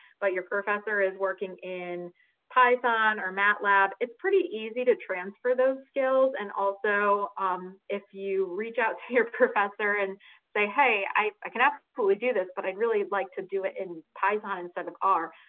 but your professor is working in python or matlab, it's pretty easy to transfer those skills. and also um if you reach out to your professor and say, hey, i can absolutely do this, but i'd really like to do it in python instead of r,